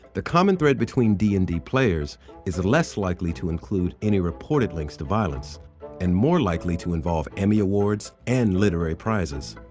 the common thread between d and d players is less less likely to include any reported links to violence and more likely to involve emmy awards and literary prizes.